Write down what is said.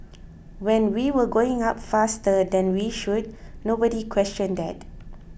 when we were going up faster than we should nobody questioned that